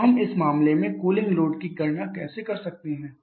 तो हम इस मामले में कूलिंग लोड की गणना कैसे कर सकते हैं